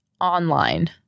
online